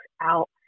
out